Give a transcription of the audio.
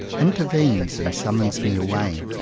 inter venes and summons me away,